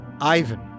Ivan